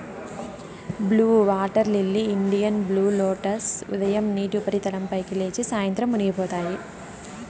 blue water lily, Indian blue lotus ఉదయం నీటి ఉపరితలం పైకి లేచి, సాయంత్రం మునిగిపోతాయి